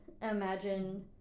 imagine